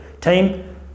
team